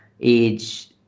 age